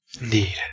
indeed